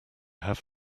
have